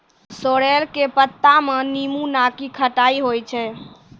sorrel के पत्ता मॅ नींबू नाकी खट्टाई होय छै